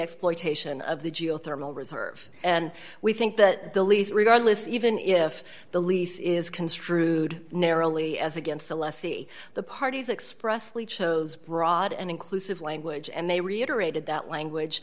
exploitation of the geothermal reserve and we think that the lease regardless even if the lease is construed narrowly as against the lessee the parties expressly chose broad and inclusive language and they reiterated that language